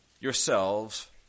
yourselves